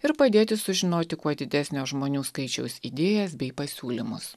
ir padėti sužinoti kuo didesnio žmonių skaičiaus idėjas bei pasiūlymus